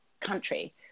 country